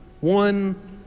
One